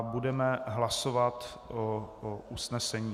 Budeme hlasovat o usnesení.